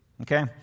Okay